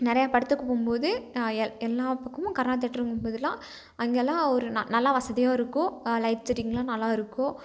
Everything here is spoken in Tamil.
நிறையா படத்துக்கு போகும்போது எல்லா பக்கமும் கர்ணா தேயேட்ருங்கும்போதெல்லான் அங்கெல்லாம் ஒரு நல் நல்லா வசதியும் இருக்கும் லைட் செட்டிங்லாம் நல்லா இருக்கும்